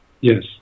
Yes